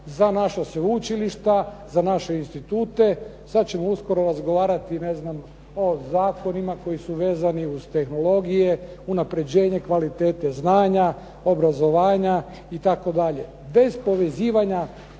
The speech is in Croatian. za naša sveučilišta, za naše institute. Sad ćemo uskoro razgovarati ne znam o zakonima koji su vezani uz tehnologije, unapređenje kvalitete znanja, obrazovanja itd. Bez povezivanja